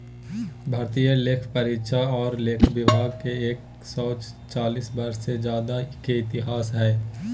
भारतीय लेखापरीक्षा और लेखा विभाग के एक सौ चालीस वर्ष से ज्यादा के इतिहास हइ